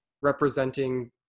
representing